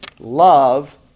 love